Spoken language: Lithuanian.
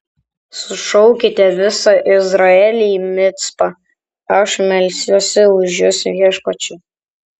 sušaukite visą izraelį į micpą aš melsiuosi už jus viešpačiui